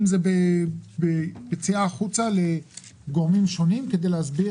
אם זה ביציאה החוצה לגורמים שונים כדי להסביר